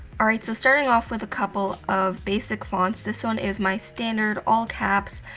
all right, so starting off with a couple of basic fonts, this one is my standard all-caps,